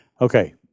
Okay